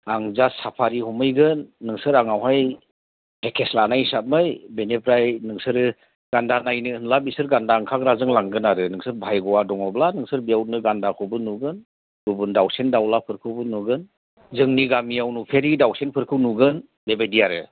आं just safari हमहैगोन नोंसोर आंनावहाय पेकेज लानाय हिसाबै बेनिफ्राय नोंसोरो गान्दा नायनो होनब्ला बिसोर गान्दा ओंखारग्राजों लांगोन आरो नोंसोर भाग्य'आ दङब्ला नोंसोर बेयावनो गान्दाखौबो नुगोन गुबुन दावसेन दावलाफोरखौबो नुगोन जोंनि गामियाव नुफेरै दावसेनफोरखौ नुगोन बेबायदि आरो